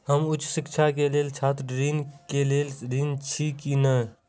हम उच्च शिक्षा के लेल छात्र ऋण के लेल ऋण छी की ने?